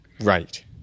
Right